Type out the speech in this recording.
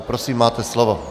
Prosím, máte slovo.